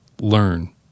learn